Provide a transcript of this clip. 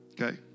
Okay